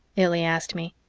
illy asked me,